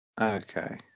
Okay